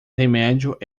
remédio